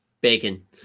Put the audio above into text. bacon